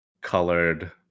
colored